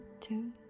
two